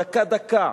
דקה-דקה,